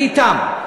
אני אתם.